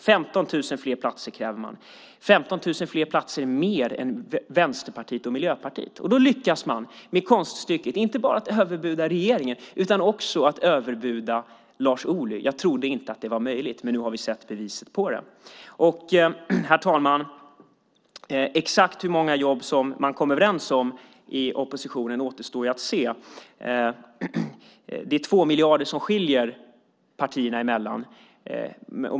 15 000 fler platser kräver man, 15 000 fler platser mer än Vänsterpartiet och Miljöpartiet. Då lyckas man med konststycket att inte bara överbjuda regeringen utan också att överbjuda Lars Ohly. Jag trodde inte att det var möjligt, men nu har vi sett beviset på det. Herr talman! Exakt hur många jobb som man kom överens om i oppositionen återstår att se. Det är 2 miljarder som skiljer partierna emellan.